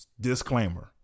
disclaimer